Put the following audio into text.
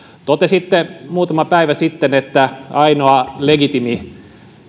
totesitte muutama päivä sitten että ainoa legitiimi